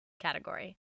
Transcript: category